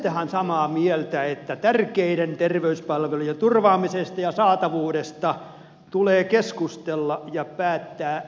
olettehan samaa mieltä että tärkeiden terveyspalvelujen turvaamisesta ja saatavuudesta tulee keskustella ja päättää eduskunnassa